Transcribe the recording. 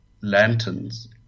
lanterns